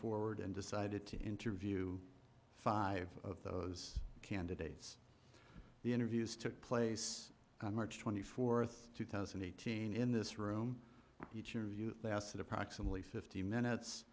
forward and decided to interview five of those candidates the interviews took place on march twenty fourth two thousand and thirteen in this room each interview lasted approximately fifteen minutes